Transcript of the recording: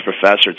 professor